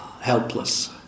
helpless